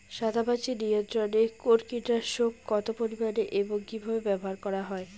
সাদামাছি নিয়ন্ত্রণে কোন কীটনাশক কত পরিমাণে এবং কীভাবে ব্যবহার করা হয়?